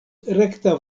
rekta